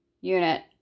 unit